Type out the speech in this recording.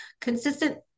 consistent